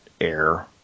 air